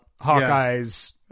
Hawkeye's